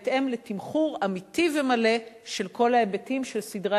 בהתאם לתמחור אמיתי ומלא של כל ההיבטים של סדרי